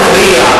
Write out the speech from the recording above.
הרבה דתות.